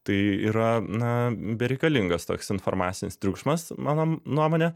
tai yra na bereikalingas toks informacinis triukšmas mano nuomone